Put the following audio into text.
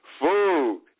food